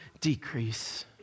decrease